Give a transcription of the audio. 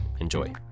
Enjoy